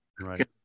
Right